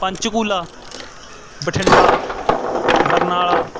Panchkula Bathinda Barnala